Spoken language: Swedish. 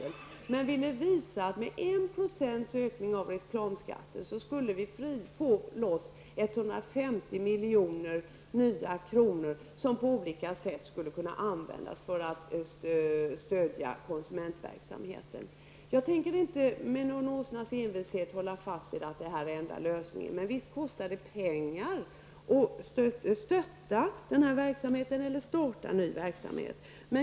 Men jag ville visa att med 1 % ökning av reklamskatten skulle vi få loss 150 miljoner nya kronor som på olika sätt skulle kunna användas för att stödja konsumentverksamheten. Jag tänker inte med en åsnas envishet hålla fast vid att detta är den enda lösningen, men visst kostar det pengar att stötta denna verksamhet eller att starta ny verksamhet.